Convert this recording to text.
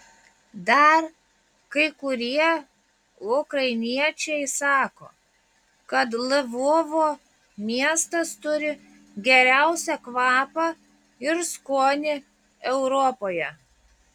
dar kai kurie ukrainiečiai sako kad lvovo miestas turi geriausią kvapą ir skonį europoje